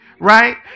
Right